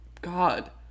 God